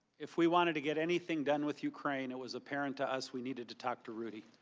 if we wanted to get anything done with ukraine it was apparent to us we needed to talk to rudy.